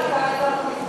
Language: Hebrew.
וגם יכול להעיד על כך.